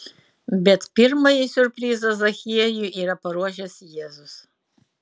bet pirmąjį siurprizą zachiejui yra paruošęs jėzus